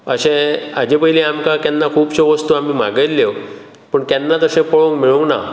अशें हाचें पयली आमकां केन्ना खुबश्यो वस्तू आमी मागयल्ल्यो पूण केन्नाच अशें पळोवंक मेळूंक ना